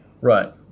Right